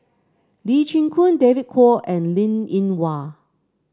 Lee Chin Koon David Kwo and Linn In Hua